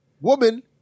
Woman